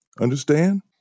Understand